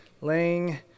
laying